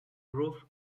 grove